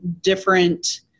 different